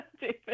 David